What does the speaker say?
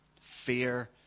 Fear